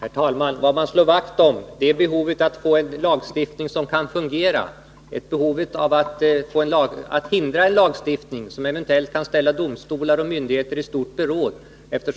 Herr talman! Vad vi slår vakt om är behovet av att få en lagstiftning som kan fungera och behovet av att förhindra en lagstiftning som eventuellt kan ställa domstolar och myndigheter i stort beråd. Lagrådet